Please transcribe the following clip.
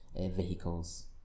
vehicles